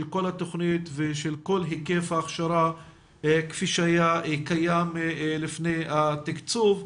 כל התכנית ושל כל היקף ההכשרה כפי שהיה קיים לפני התקצוב,